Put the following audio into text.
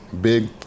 Big